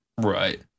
right